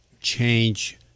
change